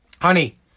Honey